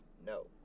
No